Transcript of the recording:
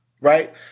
right